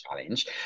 challenge